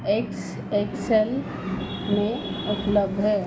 x X L में उपलब्ध है